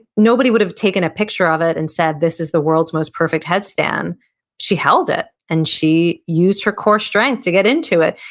nobody would've taken a picture of it and said, this is the world's most perfect headstand she held it, and she used her core strength to get into it.